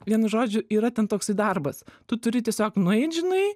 vienu žodžiu yra ten toksai darbas tu turi tiesiog nueit žinai